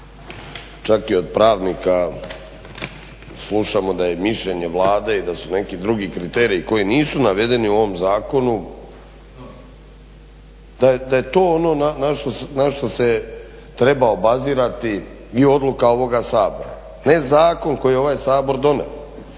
čak i od pravnika slušamo da je mišljenje Vlade i da su neki drugi kriteriji koji nisu navedeni u ovom zakonu, da je to ono na što se treba obazirati i odluka ovoga Sabora, ne zakon koji je ovaj Sabor donio.